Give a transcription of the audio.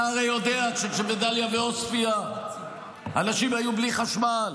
אתה הרי יודע שכשבדאליה ובעוספיא אנשים היו בלי חשמל,